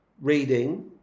reading